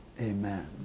Amen